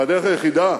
והדרך היחידה